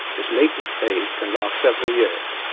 this latent phase can last several years,